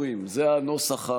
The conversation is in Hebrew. במיוחד לא מספסלי